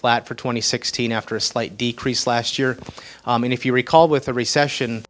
flat for twenty sixteen after a slight decrease last year and if you recall with the recession